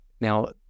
Now